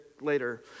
later